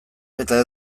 eta